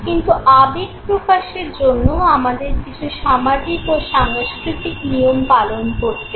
কিন্তু আবেগ প্রকাশের জন্য আমাদের কিছু সামাজিক ও সাংস্কৃতিক নিয়ম পালন করতে হয়